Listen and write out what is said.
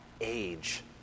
age